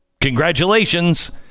congratulations